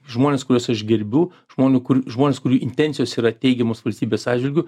žmonės kuriuos aš gerbiu žmonių kur žmonės kurių intencijos yra teigiamos valstybės atžvilgiu